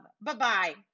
Bye-bye